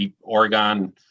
Oregon